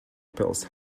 pills